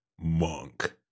monk